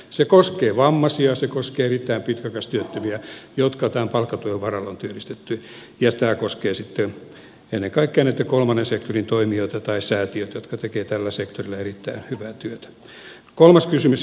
se koskee vammaisia se koskee erittäin pitkäaikaistyöttömiä jotka tämän palkkatuen varalla on työllistetty ja tämä koskee sitten ennen kaikkea näitä kolmannen sektorin toimijoita tai säätiöitä jotka tekevät tällä sektorilla erittäin hyvää työtä